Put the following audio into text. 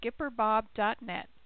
skipperbob.net